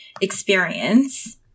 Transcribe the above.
experience